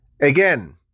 Again